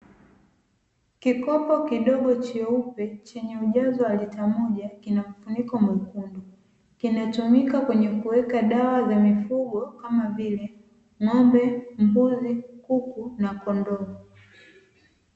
Kikopo kidogo cheupe chenye ujazo wa lita moja kinamfuniko mwekundu kinatumika kwenye kuweka dawa za mifugo kama vile: ng'ombe, mbuzi, kuku na kondoo.